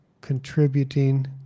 contributing